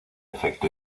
efecto